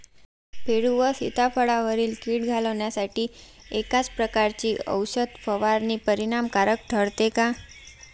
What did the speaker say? पेरू व सीताफळावरील कीड घालवण्यासाठी एकाच प्रकारची औषध फवारणी परिणामकारक ठरते का?